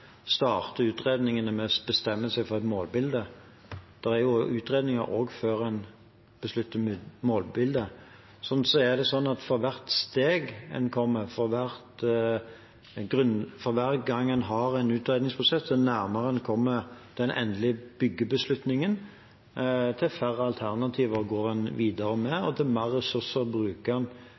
utredningene med å bestemme seg for et målbilde. Det er jo utredninger også før man beslutter målbildet. Så er det sånn at for hvert steg man tar, for hver gang man har en utredningsprosess og jo nærmere man kommer den endelige byggebeslutningen, jo færre alternativer går man videre med, og jo mer